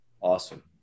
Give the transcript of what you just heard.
Awesome